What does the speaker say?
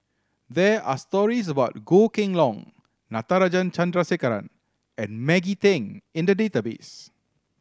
there are stories about Goh Kheng Long Natarajan Chandrasekaran and Maggie Teng in the database